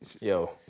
Yo